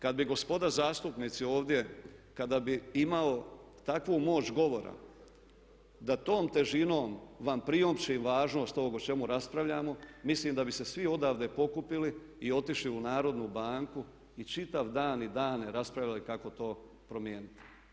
Kad bi gospoda zastupnici ovdje, kada bi imao takvu moć govora da tom težinom vam priopćim važnost ovog o čemu raspravljamo mislim da bi se svi odavde pokupili i otišli u Narodnu banku i čitav dan i dane raspravljali kako to promijeniti.